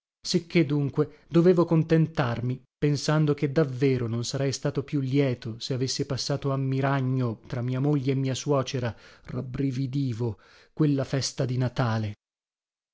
sicché dunque dovevo contentarmi pensando che davvero non sarei stato più lieto se avessi passato a miragno tra mia moglie e mia suocera rabbrividivo quella festa di natale